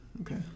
Okay